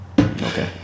Okay